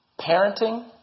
Parenting